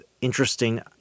interesting